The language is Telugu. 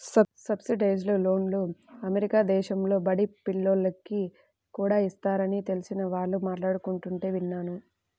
సబ్సిడైజ్డ్ లోన్లు అమెరికా దేశంలో బడి పిల్లోనికి కూడా ఇస్తారని తెలిసిన వాళ్ళు మాట్లాడుకుంటుంటే విన్నాను